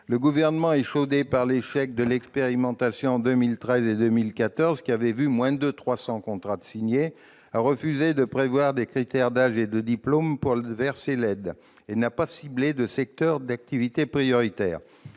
Le Gouvernement, échaudé par l'échec de l'expérimentation en 2013 et 2014, qui avait vu moins de 300 contrats de signés, a refusé de prévoir des critères d'âge et de diplôme pour verser l'aide. Il n'a pas ciblé non plus de secteurs d'activité prioritaires.